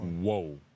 Whoa